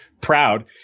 proud